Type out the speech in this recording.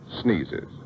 sneezes